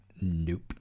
nope